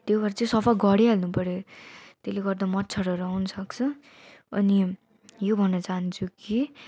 त्यो भएर चाहिँ सफा गरिहाल्नु पऱ्यो त्यसले गर्दा मच्छरहरू आउनु सक्छ अनि यो भन्न चाहन्छु कि